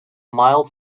mild